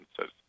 says